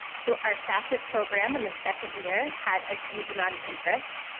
so our facet program in the second year had a huge amount of interest.